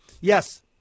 Yes